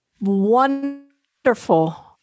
wonderful